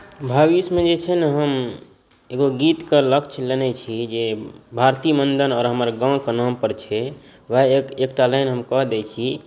भविष्यमे जे छै ने हम एगो गीतके लक्ष्य लेने छी जे भारती मण्डन आ हमर गाँवके नामपर छै उएह एकटा लाइन हम कऽ दैत छी